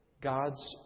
God's